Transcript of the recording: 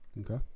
Okay